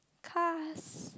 cars